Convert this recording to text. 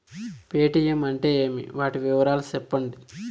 Paytm అంటే ఏమి, వాటి వివరాలు సెప్పండి?